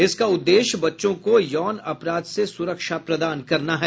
इसका उद्देश्य बच्चों को यौन अपराध से सुरक्षा प्रदान करना है